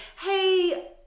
hey